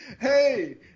Hey